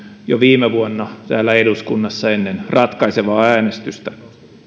jo viime vuonna täällä eduskunnassa ennen ratkaisevaa äänestystä